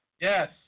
Yes